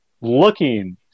looking